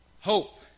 Hope